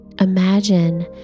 imagine